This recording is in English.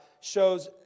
shows